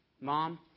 Mom